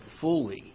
fully